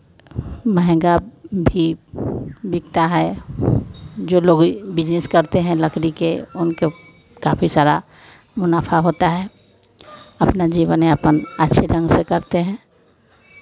महंगा भी बिकता है जो लोग बिज़नेस करते हैं लकड़ी के उनके काफ़ी सारा मुनाफ़ा होता है अपना जीवन यापन अच्छे ढंग से करते हैं